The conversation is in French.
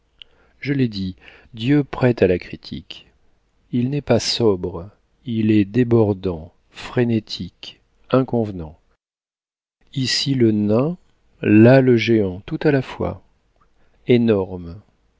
je l'ai dit dieu prête à la critique il n'est pas sobre il est débordant frénétique inconvenant ici le nain là le géant tout à la fois énorme